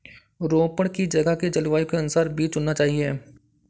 रोपड़ की जगह के जलवायु के अनुसार बीज चुनना चाहिए